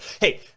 Hey